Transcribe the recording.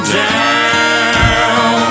down